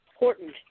Important